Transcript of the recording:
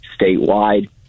statewide